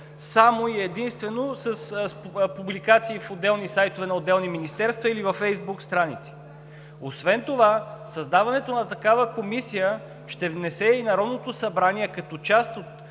само и единствено с публикации в отделни сайтове на отделни министерства или във Фейсбук страници. Освен това създаването на такава комисия ще внесе и Народното събрание като част от